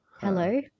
Hello